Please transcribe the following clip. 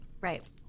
Right